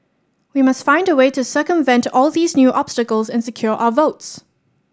we must find a way to circumvent all these new obstacles and secure our votes